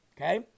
Okay